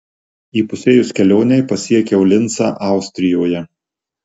įpusėjus kelionei pasiekiau lincą austrijoje